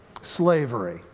Slavery